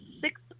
six